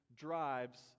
drives